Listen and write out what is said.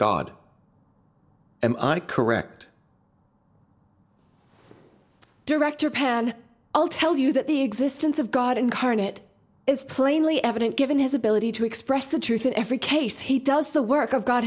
god am i correct director pan i'll tell you that the existence of god incarnate is plainly evident given his ability to express the truth in every case he does the work